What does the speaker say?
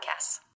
podcasts